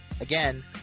again